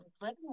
living